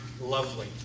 lovely